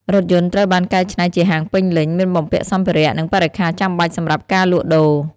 រថយន្តត្រូវបានកែច្នៃជាហាងពេញលេញ មានបំពាក់សម្ភារៈ និងបរិក្ខារចាំបាច់សម្រាប់ការលក់ដូរ។